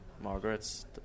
Margaret's